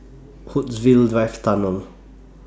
Woodsville wife Tunnel